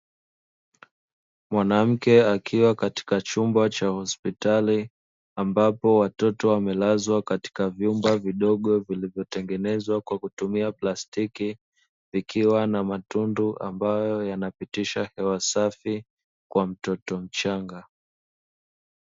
Mwanamke akiwa katika chumba cha hospitali ambapo watoto wamelazwa katika vyumba vidogo vilivyotengenezwa kwa kutumia plastiki, zikiwa na matundu ambayo yanapitisha hewasafi kwa mtoto mchanga.